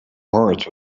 heart